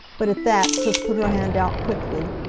but at that sis put her hand out quickly,